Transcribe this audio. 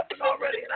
already